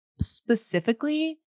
specifically